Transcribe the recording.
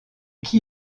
qui